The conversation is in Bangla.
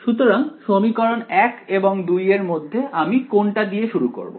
সুতরাং সমীকরণ 1 এবং 2 এর মধ্যে আমি কোনটা দিয়ে শুরু করবো